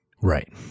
Right